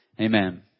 Amen